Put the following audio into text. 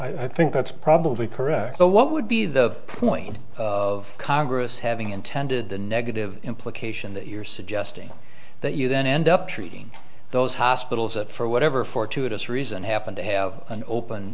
well i think that's probably correct though what would be the point of congress having intended the negative implication that you're suggesting that you then end up treating those hospitals that for whatever fortuitous reason happened to have an open